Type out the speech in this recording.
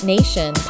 Nation